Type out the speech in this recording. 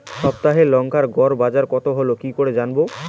সপ্তাহে লংকার গড় বাজার কতো হলো কীকরে জানবো?